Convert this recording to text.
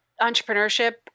entrepreneurship